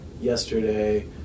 yesterday